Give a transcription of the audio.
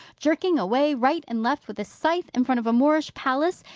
jerking away right and left with a scythe in front of a moorish palace,